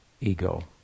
ego